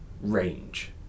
range